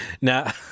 Now